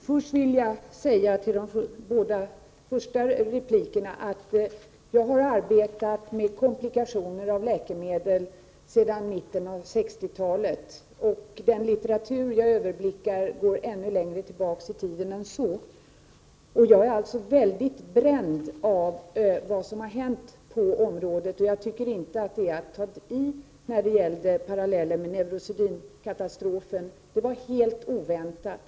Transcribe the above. Herr talman! Som svar på de båda första replikerna vill jag säga att jag har arbetat med komplikationer av läkemedel sedan mitten av 1960-talet, och den litteratur jag överblickar går ännu längre tillbaka i tiden än så. Jag är alltså mycket bränd av vad som har hänt på området, och jag tycker inte att det är att ta i att dra en parallell med neurosedynkatastrofen — den var helt oväntad.